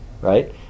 right